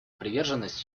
приверженность